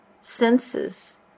senses